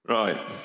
right